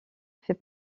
fait